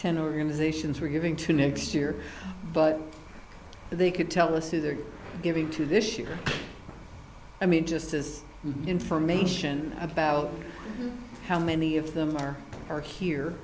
ten organizations we're giving to next year but they could tell us who they're giving to this year i mean just as information about how many of them are are here